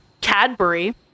Cadbury